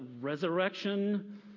resurrection